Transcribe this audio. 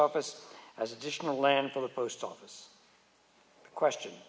office as additional land for the post office question